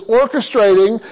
orchestrating